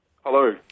Hello